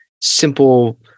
simple